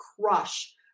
crush